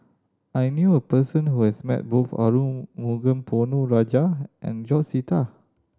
I knew a person who has met both Arumugam Ponnu Rajah and George Sita